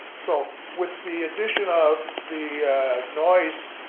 so, with the addition of the noise.